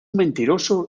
mentiroso